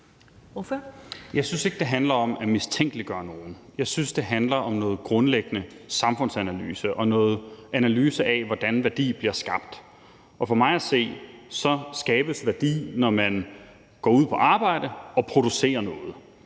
Jeg synes ikke, det handler om at mistænkeliggøre nogen. Jeg synes, det handler om noget grundlæggende samfundsanalyse og analyse af, hvordan værdi bliver skabt. Og for mig at se skabes værdi, når man går på arbejde og producerer noget.